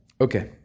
Okay